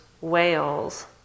whales